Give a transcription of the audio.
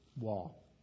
wall